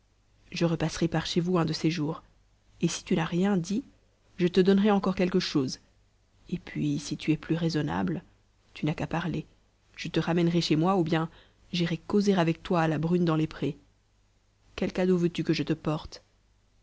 je repasserai par chez vous un de ces jours et si tu n'as rien dit je te donnerai encore quelque chose et puis si tu es plus raisonnable tu n'as qu'à parler je te ramènerai chez moi ou bien j'irai causer avec toi à la brune dans les prés quel cadeau veux-tu que je te porte